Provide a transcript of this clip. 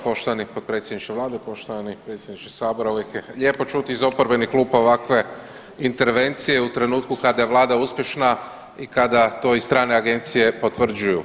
Poštovani potpredsjedniče vlade, poštovani predsjedniče sabora uvijek je čuti iz oporbenih klupa ovakve intervencije u trenutku kada je vlada uspješna i kada to i strane agencije potvrđuju.